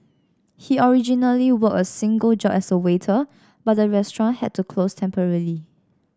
he originally worked a single job as a waiter but the restaurant had to close temporarily